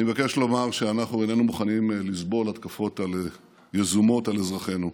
אני מבקש לומר שאנחנו איננו מוכנים לסבול התקפות יזומות על אזרחינו.